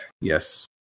Yes